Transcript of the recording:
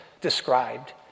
described